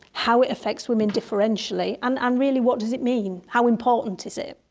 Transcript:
how it affects women differentially and um really what is it mean, how important is it?